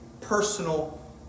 personal